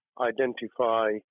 identify